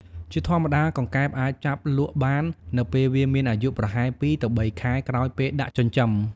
ជាធម្មតា កង្កែបអាចចាប់លក់បាននៅពេលវាមានអាយុប្រហែល ២ ទៅ ៣ ខែ ក្រោយពេលដាក់ចិញ្ចឹម។